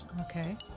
Okay